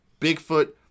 Bigfoot